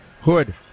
Hood